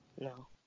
no